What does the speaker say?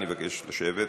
אני מבקש לשבת,